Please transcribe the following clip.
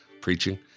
preaching